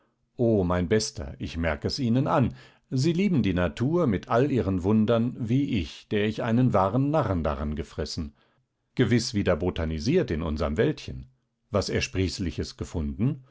o mein bester ich merk es ihnen an sie lieben die natur mit all ihren wundern wie ich der ich einen wahren narren daran gefressen gewiß wieder botanisiert in unserm wäldchen was ersprießliches gefunden